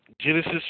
Genesis